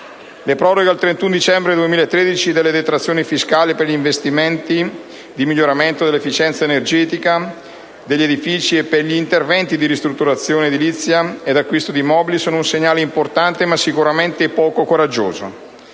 Le proroghe al 31 dicembre 2013 delle detrazioni fiscali per gli interventi di miglioramento dell'efficienza energetica degli edifici e per gli interventi di ristrutturazione edilizia ed acquisto di mobili sono un segnale importante, ma sicuramente poco coraggioso.